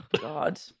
God